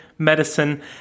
Medicine